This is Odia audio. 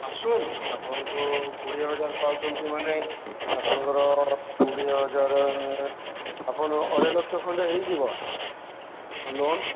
ଆସୁନ୍ ଆପଣଙ୍କୁ କୋଡ଼ିଏ ହଜାର ପାଉଛନ୍ତି ମାନେ ଆପଣଙ୍କର କୋଡ଼ିଏ ହଜାର ଆପଣ ଅଢ଼େଇ ଲକ୍ଷ ଖଣ୍ଡେ ହୋଇଯିବ ଲୋନ